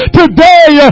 today